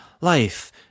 life